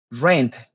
rent